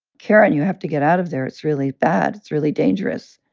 karen, you have to get out of there. it's really bad. it's really dangerous.